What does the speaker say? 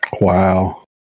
Wow